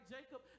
Jacob